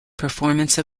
performance